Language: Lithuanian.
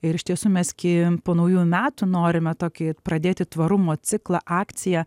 ir iš tiesų mes gi po naujųjų metų norime tokį pradėti tvarumo ciklą akciją